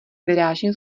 vyrážím